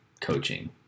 coaching